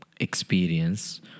experience